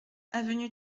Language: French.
avenue